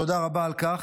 תודה רבה על כך.